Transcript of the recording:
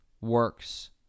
works